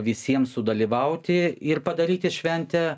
visiems sudalyvauti ir padaryti šventę